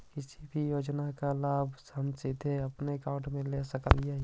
किसी भी योजना का लाभ हम सीधे अपने बैंक अकाउंट में ले सकली ही?